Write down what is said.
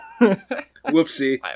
Whoopsie